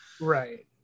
Right